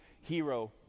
hero